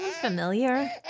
familiar